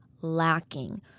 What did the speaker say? lacking